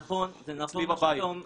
הנושא של הטעמים הוא חיוני ביותר.